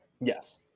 Yes